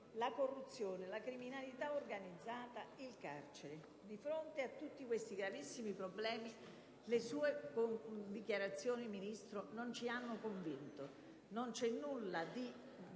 la corruzione, la criminalità organizzata, il carcere. Di fronte a tutti questi gravissimi problemi le sue dichiarazioni, Ministro, non ci hanno convinto. Non c'è nulla che